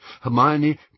Hermione